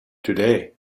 today